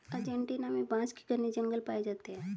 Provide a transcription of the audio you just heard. Argentina में बांस के घने जंगल पाए जाते हैं